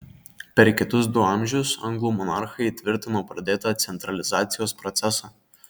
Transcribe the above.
per kitus du amžius anglų monarchai įtvirtino pradėtą centralizacijos procesą